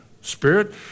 Spirit